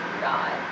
God